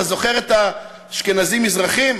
אתה זוכר את האשכנזים מזרחים?